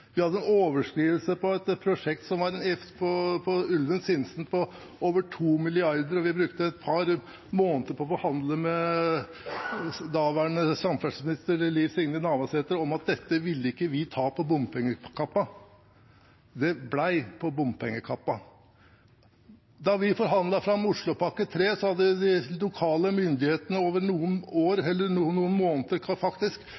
Vi hadde overskridelser på et prosjekt på Ulven–Sinsen på over 2 mrd. kr, og vi brukte et par måneder på å forhandle med daværende samferdselsminister, Liv Signe Navarsete, om at dette ville ikke vi ta på bompengekappen. Det ble på bompengekappen. Da vi forhandlet fram Oslopakke 3, hadde de lokale myndighetene over noen